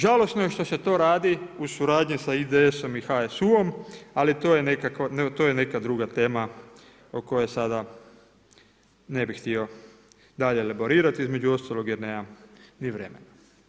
Žalosno je što se to radi u suradnji sa IDS-om i HSU-om ali to je neka druga tema o kojoj sada ne bih htio dalje elaborirati, između ostalog jer nemam ni vremena.